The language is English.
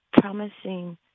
promising